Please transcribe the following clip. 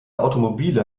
automobile